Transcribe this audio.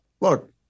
Look